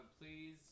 Please